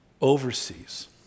overseas